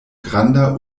granda